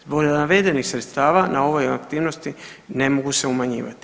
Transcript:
Zbog navedenih sredstava na ovoj aktivnosti ne mogu se umanjivati.